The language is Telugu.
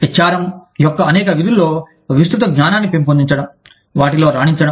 HRM యొక్క అనేక విధుల్లో విస్తృత జ్ఞానాన్ని పెంపొందించడం వాటిలో రాణించడం